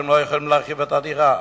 שהם לא יכולים להרחיב את הדירה.